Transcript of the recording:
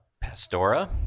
pastora